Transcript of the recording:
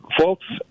Folks